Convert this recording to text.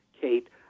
Kate